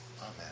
Amen